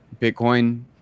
Bitcoin